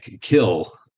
kill